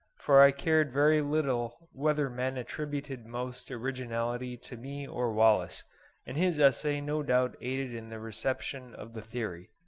for i cared very little whether men attributed most originality to me or wallace and his essay no doubt aided in the reception of the theory.